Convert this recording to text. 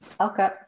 Okay